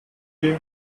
dave